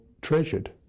treasured